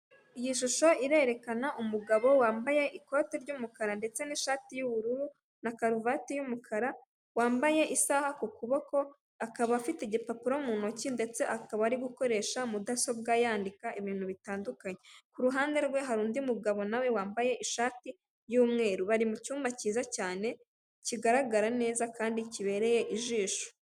Iyi shusho irerekana umugabo wambaye ikote ry'umukara ndetse n'ishati y'ubururu na karuvati y'umukara wambaye isaha ku kuboko, akaba afite igipapuro mu ntoki ndetse akaba ari gukoresha mudasobwa yandika ibintu bitandukanye, ku ruhande rwe hari undi mugabo nawe wambaye ishati y'umweru bari mu cyumba cyiza cyane, kigaragara neza kandi kibereye ijisho.